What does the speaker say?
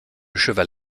cheval